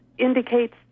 indicates